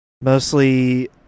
Mostly